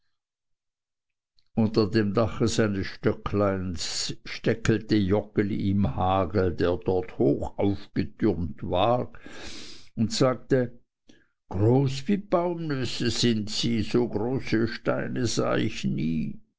unter dem dache seines stöckleins steckelte joggeli im hagel der dort hoch aufgetürmt lag und sagte groß wie baumnüsse sind sie so große steine sah ich nie